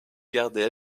garder